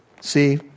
See